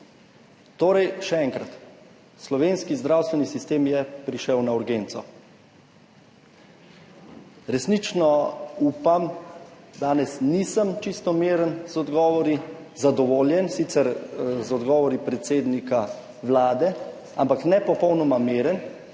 Še enkrat, slovenski zdravstveni sistem je prišel na urgenco. Resnično upam, danes nisem čisto pomirjen z odgovori, zadovoljen sicer z odgovori predsednika Vlade, ampak ne popolnoma miren,